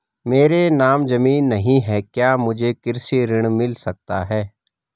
मेरे नाम ज़मीन नहीं है क्या मुझे कृषि ऋण मिल सकता है?